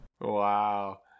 wow